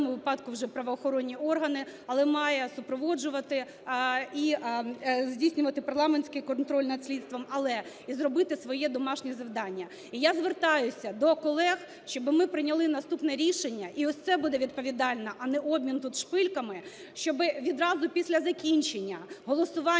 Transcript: в даному випадку, вже правоохоронні органи, але має супроводжувати і здійснювати парламентський контроль над слідством, але і зробити своє "домашнє завдання". І я звертаюся до колег, щоби ми прийняли наступне рішення, і ось це буде відповідально, а не обмін тут шпильками: щоби відразу після закінчення голосування